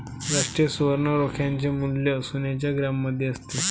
राष्ट्रीय सुवर्ण रोख्याचे मूल्य सोन्याच्या ग्रॅममध्ये असते